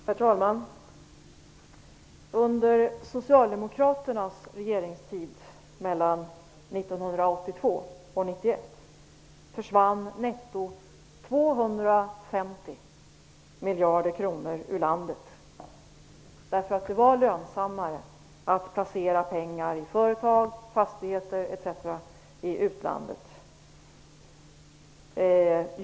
Herr talman! Under Socialdemokraternas regeringstid mellan 1982 och 1991 försvann netto 250 miljarder kronor ur landet, därför att det var lönsammare att placera pengar i företag, fastigheter m.m. i utlandet.